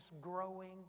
growing